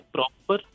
Proper